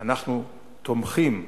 אנחנו תומכים בתהליך,